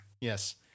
Yes